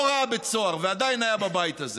לא ראה בית סוהר ועדיין היה בבית הזה,